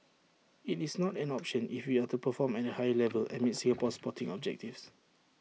IT is not an option if we are to perform at A higher level and meet Singapore's sporting objectives